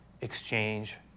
exchange